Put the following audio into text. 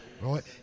Right